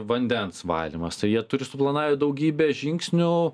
vandens valymas tai jie turi suplanavę daugybę žingsnių